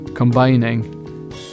Combining